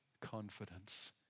confidence